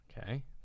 Okay